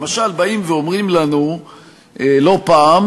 למשל, באים ואומרים לנו לא פעם